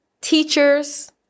teachers